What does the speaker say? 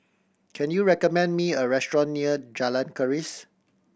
can you recommend me a restaurant near Jalan Keris